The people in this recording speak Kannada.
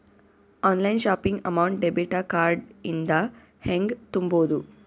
Online shopping amount debit card ಇಂದ ಹೆಂಗ್ ತುಂಬೊದು?